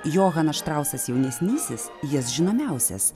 johanas štrausas jaunesnysis jis žinomiausias